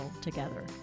together